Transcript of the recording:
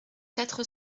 quatre